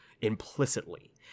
implicitly